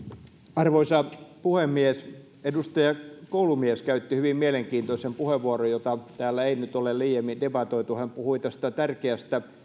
arvoisa puhemies edustaja koulumies käytti hyvin mielenkiintoisen puheenvuoron jota täällä ei nyt ole liiemmin debatoitu hän puhui tästä tärkeästä